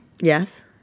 Yes